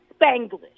Spanglish